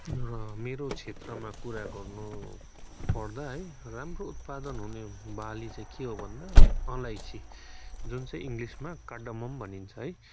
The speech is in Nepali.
र मेरो क्षेत्रमा कुरा गर्नुपर्दा है राम्रो उत्पादन हुने बाली चाहिँ के हो भन्दा अलैँची जुन चाहिँ इङ्ग्लिसमा कारडोमोम भनिन्छ है